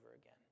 again